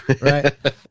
right